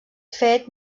fet